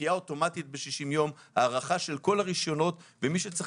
דחייה אוטומטית ב-60 יום של חידוש כל הרישיונות העסקיים.